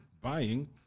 buying